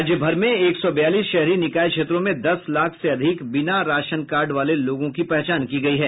राज्यभर में एक सौ बयालीस शहरी निकाय क्षेत्रों में दस लाख से अधिक बिना राशन कार्ड वाले लोगों की पहचान की गयी है